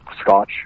scotch